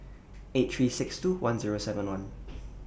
eight three six two one Zero seven one